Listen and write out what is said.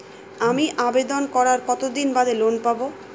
আমি আবেদন করার কতদিন বাদে লোন পাব?